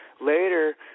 Later